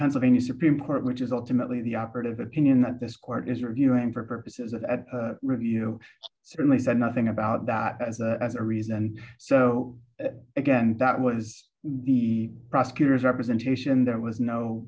pennsylvania supreme court which is ultimately the operative opinion that this court is reviewing for purposes of at review certainly said nothing about that as a as a reason so again that was the prosecutor's our presentation there was no